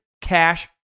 Cash